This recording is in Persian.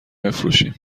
نمیفروشیم